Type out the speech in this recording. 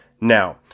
now